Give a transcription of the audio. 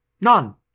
None